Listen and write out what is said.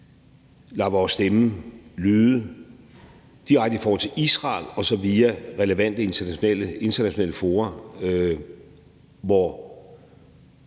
lader vores stemme lyde direkte i forhold til Israel og via relevante internationale fora, hvor